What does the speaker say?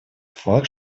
факт